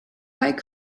fight